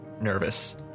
nervous